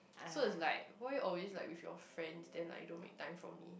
so it's like why always like with you friends then like you don't make time for me